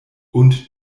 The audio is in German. und